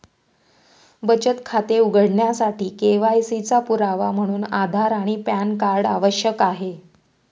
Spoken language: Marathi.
बचत खाते उघडण्यासाठी के.वाय.सी चा पुरावा म्हणून आधार आणि पॅन कार्ड आवश्यक आहे